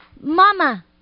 mama